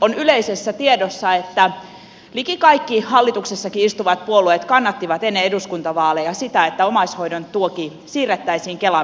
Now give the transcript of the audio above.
on yleisessä tiedossa että liki kaikki hallituksessakin istuvat puolueet kannattivat ennen eduskuntavaaleja sitä että omaishoidon tuki siirrettäisiin kelan maksettavaksi